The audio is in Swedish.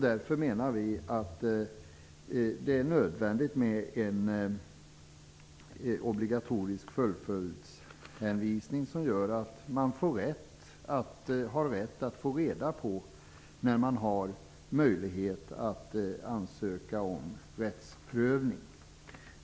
Därför menar vi att det är nödvändigt med en obligatorisk fullföljdshänvisning, som gör att man har rätt att få reda på när man har möjlighet att ansöka om rättsprövning.